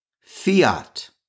Fiat